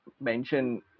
mention